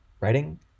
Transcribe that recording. writing